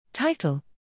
Title